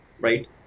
right